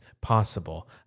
possible